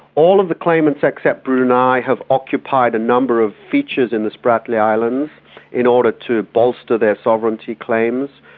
all of the claimants except brunei have occupied a number of features in the spratly islands in order to bolster their sovereignty claims.